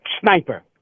Sniper